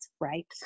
right